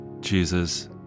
Jesus